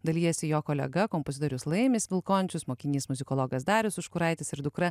dalijasi jo kolega kompozitorius laimis vilkončius mokinys muzikologas darius užkuraitis ir dukra